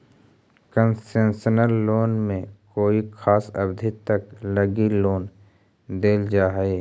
concessional loan में कोई खास अवधि तक लगी लोन देल जा हइ